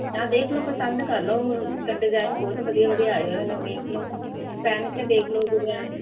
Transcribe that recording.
ਆ ਦੇਖ ਲਓ ਪਸੰਦ ਕਰ ਲਓ ਉਹ ਤਾਂ ਡਿਜ਼ਾਇਨ ਬਹੁਤ ਵਧੀਆ ਵਧੀਆ ਆਏ ਹੋਏ ਨੇ ਵੇਖ ਲਓ ਪਹਿਨ ਕੇ ਦੇਖ ਲਓ